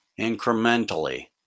incrementally